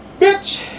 Bitch